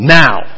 now